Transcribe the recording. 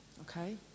okay